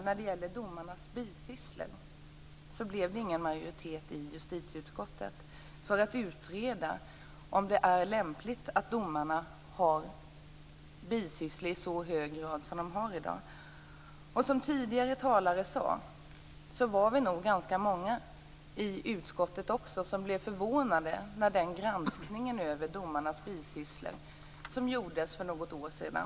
När det gäller domarnas bisysslor måste jag tyvärr säga att det inte blev någon majoritet i justitieutskottet för att utreda om det är lämpligt att domarna har bisysslor i så hög grad som de har i dag. Som tidigare talare sade var vi nog ganska många i utskottet som blev förvånade över den granskning av domarnas bisysslor som gjordes för något år sedan.